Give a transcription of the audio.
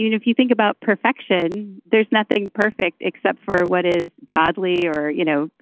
you know if you think about perfection, there's nothing perfect except for what is godly or, you know,